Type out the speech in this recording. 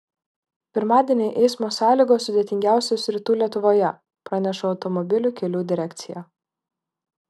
pirmadienį eismo sąlygos sudėtingiausios rytų lietuvoje praneša automobilių kelių direkcija